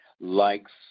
likes